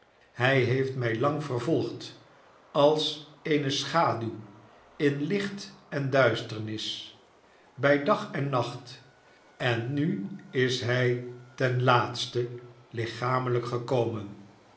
hij heeft mij lang vervolgd als eene schaduw in licht en duisternis bij dag en nacht en nu is hij ten laatste lichamelijk gekomen